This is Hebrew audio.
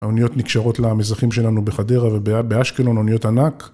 האוניות נקשרות למזחים שלנו בחדרה ובאשקלון, אוניות ענק